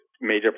major